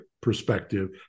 perspective